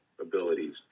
abilities